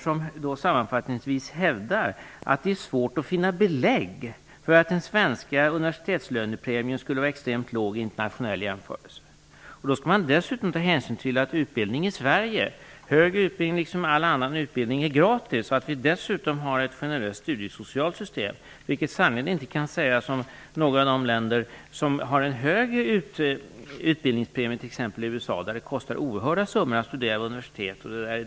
De hävdade sammanfattningsvis att det var svårt att finna belägg för att den svenska universitetslönepremien skulle vara extremt låg vid en internationell jämförelse. Då skall man dessutom ta hänsyn till att utbildning i Sverige, hög utbildning som all annan utbildning, är gratis. Dessutom har vi ett generöst studiesocialt system, vilket sannerligen inte kan sägas om något av de länder som har en högre utbildningspremie, t.ex. USA. Där kostar det oerhörda summor att studera vid universitet.